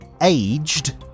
aged